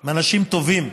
הם אנשים טובים,